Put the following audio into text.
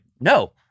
no